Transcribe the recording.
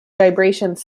vibrations